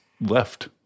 left